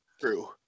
true